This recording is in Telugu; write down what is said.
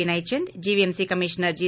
Vinay Chand GVMC commissioner G